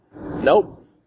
Nope